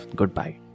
goodbye